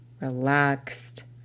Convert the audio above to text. relaxed